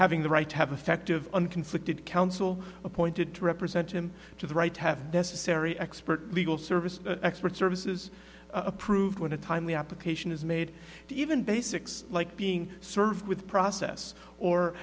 having the right to have effective and conflicted counsel appointed to represent him to the right have necessary expert legal service expert services approved when a timely application is made even basics like being served with process or